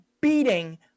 beating